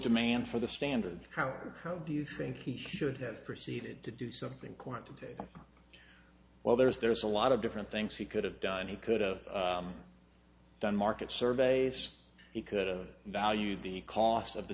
demand for the standard how do you think he should have proceeded to do something corn today well there's there's a lot of different things he could have done he could of done market surveys he could a value the cost of the